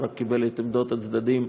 הוא רק קיבל את עמדות הצדדים,